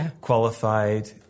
qualified